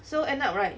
so end up right